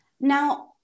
Now